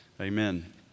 Amen